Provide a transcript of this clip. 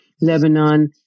Lebanon